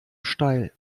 steil